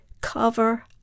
cover